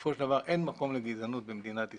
ובסופו של דבר אין מקום לגזענות במדינת ישראל.